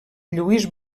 lluís